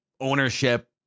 ownership